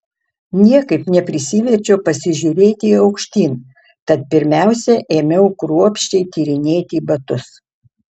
niekaip neprisiverčiau pasižiūrėti aukštyn tad pirmiausia ėmiau kruopščiai tyrinėti batus